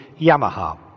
Yamaha